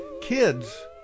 Kids